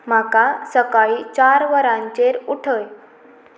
म्हाका सकाळीं चार वरांचेर उठय